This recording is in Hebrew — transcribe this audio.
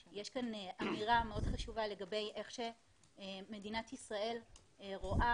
יש כאן אמירה מאוד חשובה לגבי איך שמדינת ישראל רואה